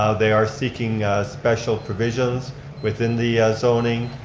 ah they are seeking special provisions within the zoning.